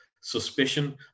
suspicion